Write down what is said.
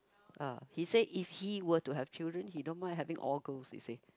ah he say if he were to have children he don't mind having all girls he say